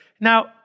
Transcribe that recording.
Now